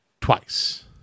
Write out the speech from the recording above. Twice